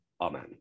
Amen